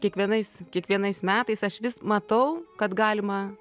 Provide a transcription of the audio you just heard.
kiekvienais kiekvienais metais aš vis matau kad galima